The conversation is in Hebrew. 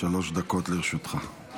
שלוש דקות לרשותך.